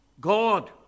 God